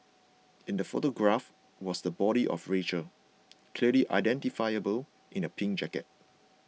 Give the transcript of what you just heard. in the photograph was the body of Rachel clearly identifiable in a pink jacket